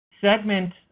segment